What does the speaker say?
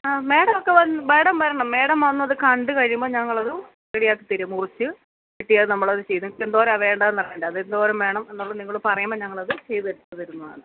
ആ മാഡം ഒക്കെ മാഡം വരണം മാഡം വന്ന് അതു കണ്ടു കഴിയുമ്പോൾ ഞങ്ങളത് റെഡിയാക്കി തരും മുറിച്ച് വെട്ടിയത് നമ്മൾ അതു ചെയ്ത് നിങ്ങൾക്ക് എന്തോരമാണ് വേണ്ടത് എന്നറിയേണ്ടത് അത് എന്തോരം വേണം എന്നുള്ളത് നിങ്ങൾ പറയുമ്പോൾ ഞങ്ങളത് ചെയ്ത് എടുത്തു തരുന്നതാണ്